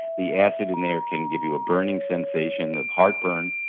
the acid in there can give you a burning sensation of heartburn,